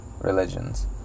religions